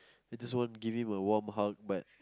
I just want give him a warm hug but